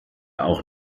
auch